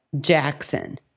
Jackson